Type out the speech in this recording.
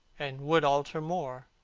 and would alter more.